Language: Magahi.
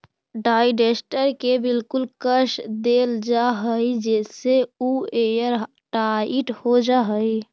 डाइजेस्टर के बिल्कुल कस देल जा हई जेसे उ एयरटाइट हो जा हई